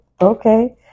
Okay